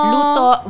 Luto